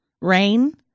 rain